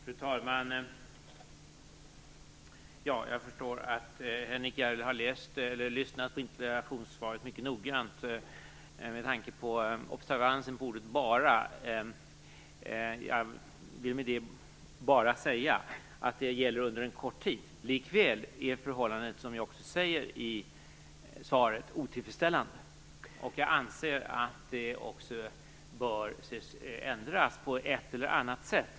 Fru talman! Jag förstår att Henrik Järrel har lyssnat på interpellationssvaret mycket noggrant med tanke på observansen vad gäller ordet "bara". Jag ville med det bara säga att det gäller under en kort tid. Likväl är förhållandet, som jag också säger i svaret, otillfredsställande. Jag anser att det också bör ändras på ett eller annat sätt.